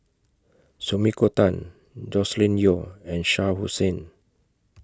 Sumiko Tan Joscelin Yeo and Shah Hussain